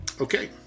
okay